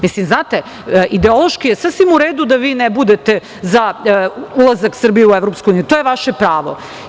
Mislim, znate, ideološki je sasvim u redu da vi ne budete za ulazak Srbije u EU, to je vaše pravo.